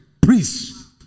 priests